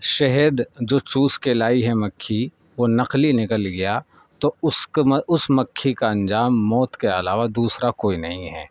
شہد جو چوس کے لائی ہے مکھی وہ نقلی نکل گیا تو اس مکھی کا انجام موت کے علاوہ دوسرا کوئی نہیں ہے